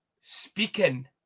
Speaking